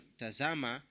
tazama